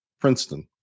Princeton